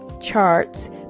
charts